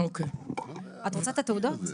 את רוצה את התעודות?